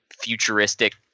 futuristic